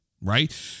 right